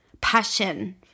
passion